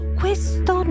questo